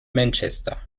manchester